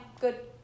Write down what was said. Good